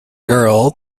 girl